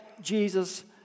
Jesus